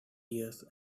years